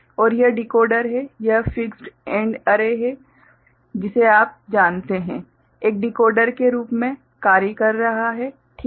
और यह डिकोडर है यह फ़िक्स्ड AND अर्रे है जिसे आप जानते हैं एक डिकोडर के रूप में कार्य कर रहा है ठीक है